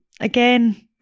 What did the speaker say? again